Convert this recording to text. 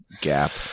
gap